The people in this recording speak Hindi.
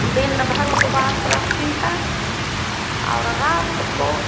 दिनभर उपवास रहती है और रात को